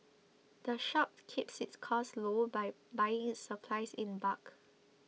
the shop keeps its costs low by buying its supplies in bulk